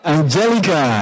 Angelica